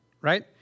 right